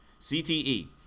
CTE